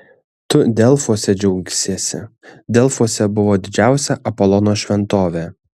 tu delfuose džiaugsiesi delfuose buvo didžiausia apolono šventovė